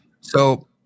So-